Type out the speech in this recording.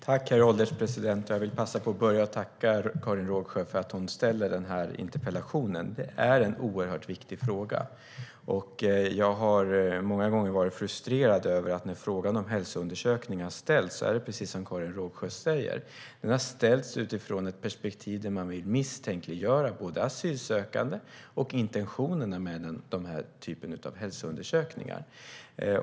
Herr ålderspresident! Jag vill börja med att tacka Karin Rågsjö för att hon ställer den här interpellationen. Det är en oerhört viktig fråga. Jag har många gånger varit frustrerad över att det när frågan om hälsoundersökningar ställs är precis som Karin Rågsjö säger. Den har ställts utifrån ett perspektiv där man vill misstänkliggöra både asylsökande och intentionerna med den här typen av hälsoundersökningar.